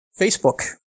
Facebook